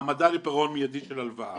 העמדה לפירעון מידי של הלוואה,